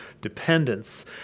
Dependence